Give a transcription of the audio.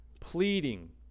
pleading